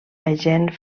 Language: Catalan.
agent